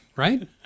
right